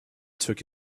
took